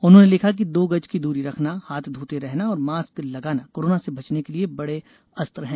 उन्होंने लिखा कि दो गज की दूरी रखना हाथ धोते रहना और मास्क लगाना कोरोना से बचने के लिये बड़े अस्त्र हैं